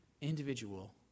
individual